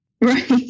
Right